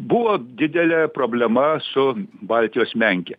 buvo didelė problema su baltijos menke